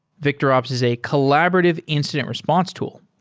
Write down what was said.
victorops is a collaborative incident response tool.